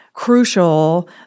crucial